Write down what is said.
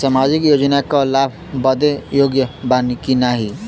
सामाजिक योजना क लाभ बदे योग्य बानी की नाही?